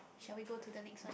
shall we go to the next one